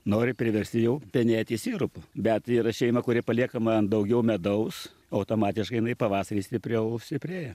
nori priversti jau penėti sirupu bet yra šeima kuri paliekama an daugiau medaus automatiškai jinai pavasarį stipriau stiprėja